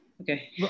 Okay